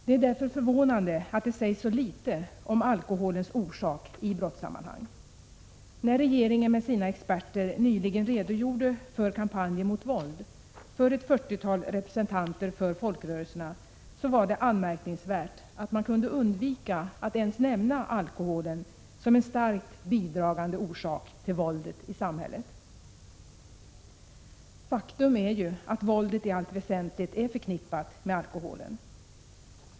Det är därför förvånande att det sägs så litet om alkoholen som orsak i brottssammanhang. När regeringen med sina experter nyligen redogjorde för kampanjen mot våld inför ett fyrtiotal representanter för folkrörelserna, var det anmärkningsvärt att man kunde undvika att ens nämna alkoholen som en starkt bidragande orsak till våldet i samhället. Faktum är ju att våldet i allt väsentligt är förknippat med alkoholen.